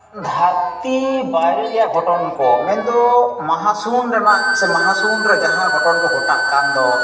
ᱫᱷᱟᱹᱨᱛᱤ ᱵᱟᱭᱨᱮ ᱨᱮᱭᱟᱜ ᱜᱷᱚᱴᱚᱱ ᱠᱚ ᱢᱮᱱᱫᱚ ᱢᱟᱦᱟ ᱥᱩᱱ ᱨᱮᱱᱟᱜ ᱥᱮ ᱢᱟᱦᱟ ᱥᱩᱱ ᱨᱮ ᱡᱟᱦᱟᱸ ᱜᱷᱚᱴᱚᱱ ᱠᱚ ᱜᱚᱴᱟᱜ ᱠᱟᱱ ᱫᱚ